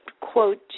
quote